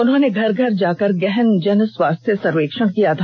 उन्होंने घर घर जाकर गहन जन स्वास्थ्य सर्वेक्षण किया था